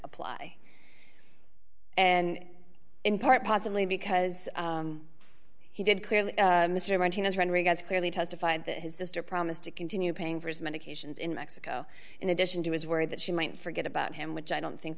apply and in part possibly because he did clearly mr martinez rodriguez clearly testified that his sister promised to continue paying for his medications in mexico in addition to his worry that she might forget about him which i don't think